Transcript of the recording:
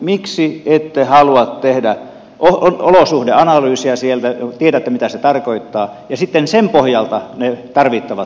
miksi ette halua tehdä olosuhdeanalyysiä sieltä tiedätte mitä se tarkoittaa ja sitten sen pohjalta ne tarvittavat johtopäätökset